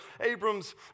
Abram's